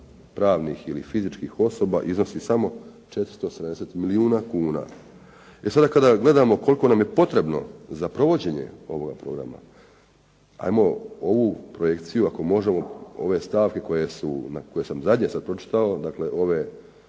pravnih ili fizičkih osoba iznosi samo 470 milijuna kuna. E sada, kada gledamo koliko nam je potrebno za provođenje ovoga programa, ajmo ovu projekciju ako možemo ove stavke koje sam zadnje sad pročitao, dakle ove